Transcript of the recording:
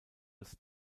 als